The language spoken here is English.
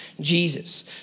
Jesus